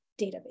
database